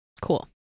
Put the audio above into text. cool